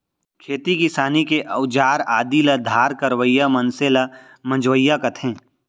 खेती किसानी के अउजार आदि ल धार करवइया मनसे ल मंजवइया कथें